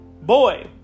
Boy